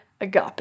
agape